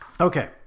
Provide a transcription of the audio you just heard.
Okay